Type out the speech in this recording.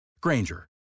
Granger